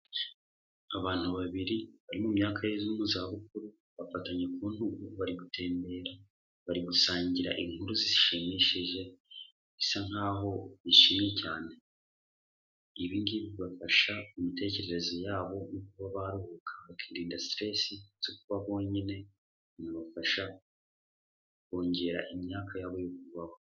Abantu babiri bari mu myaka yo mu za bukuru bafatanya ku ntudugu bari gutembera bari gusangira inkuru zishimishije bisa nk'aho bishimye cyane. Ibi ngibi bibafasha ku mitekerereze yabo no kuba baruhuka bakirinda stress zo kubaho bonyine bibafasha kongera imyaka yabo yo kubaho.